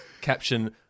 Caption